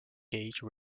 gauge